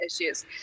issues